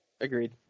Agreed